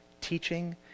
teaching